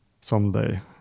someday